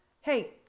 hey